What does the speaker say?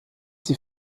sie